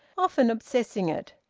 often obsessing it.